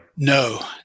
No